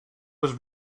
was